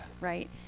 right